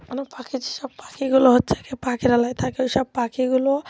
অনেক পাখি যে সব পাখিগুলো হচ্ছে কী পাখিরালয়ে থাকে ওই সব পাখিগুলো